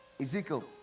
Ezekiel